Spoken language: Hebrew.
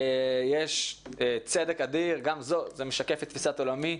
יש צדק אדיר, זה משקף גם את תפיסת עולמי,